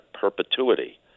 perpetuity